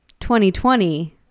2020